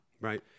Right